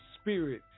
spirit